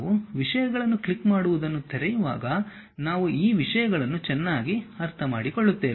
ನಾವು ವಿಷಯಗಳನ್ನು ಕ್ಲಿಕ್ ಮಾಡುವುದನ್ನು ತೆರೆಯುವಾಗ ನಾವು ಈ ವಿಷಯಗಳನ್ನು ಚೆನ್ನಾಗಿ ಅರ್ಥಮಾಡಿಕೊಳ್ಳುತ್ತೇವೆ